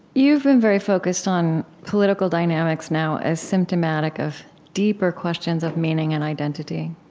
you've been very focused on political dynamics now as symptomatic of deeper questions of meaning and identity.